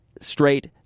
straight